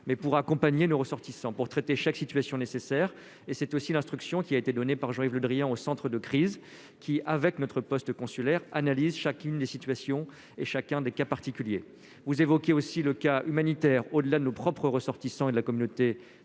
mais pour accompagner nos ressortissants pour traiter chaque situation nécessaires et c'est aussi l'instruction qui a été donné par Jean-Yves Le Drian au Centre de crise qui avec notre poste consulaire analyse chacune des situations et chacun des cas particuliers, vous évoquez aussi le cas humanitaires au-delà de nos propres ressortissants et de la Communauté